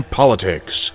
politics